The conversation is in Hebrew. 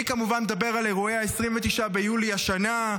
אני כמובן מדבר על אירועי 29 ביולי השנה,